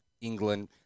England